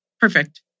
Perfect